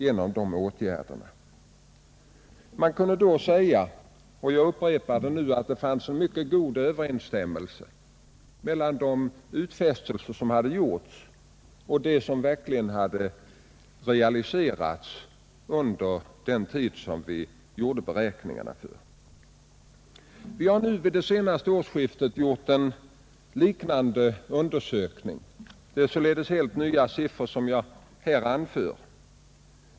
Jag kunde i fjol säga — och jag upprepar det nu — att det fanns mycket god överensstämmelse mellan de utfästelser som hade gjörts och vad som verkligen hade realiserats under den tid för vilken vi gjort beräkningarna. Vid det senaste årsskiftet gjorde vi en liknande undersökning; det är således helt färska siffror som jag nu skall anföra.